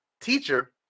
teacher